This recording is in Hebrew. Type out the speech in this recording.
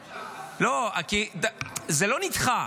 --- לא, כי זה לא נדחה.